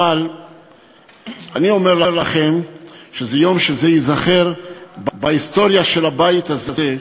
אבל אני אומר לכם שזה יום שייזכר בהיסטוריה של הבית הזה,